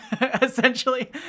essentially